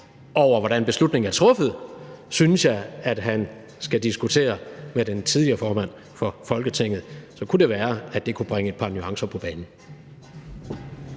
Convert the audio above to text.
over, hvordan beslutningen er truffet, synes jeg at han skal diskutere med den tidligere formand for Folketinget. Så kunne det være, at det kunne bringe et par nuancer på banen.